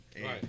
right